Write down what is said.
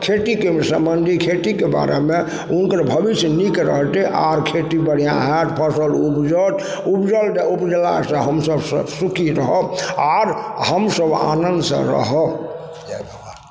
खेतीके सम्बन्धी खेतीके बारेमे हुनकर भविष्य नीक रहतइ आर खेती बढ़िआँ हैत फसल उपजत उपजल तऽ उपजलासँ हमसब सब सुखी रहब आओर हमसब आनन्दसँ रहब जय बाबा